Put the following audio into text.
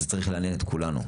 זה צריך לעניין את כולנו,